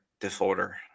disorder